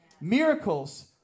Miracles